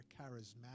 charismatic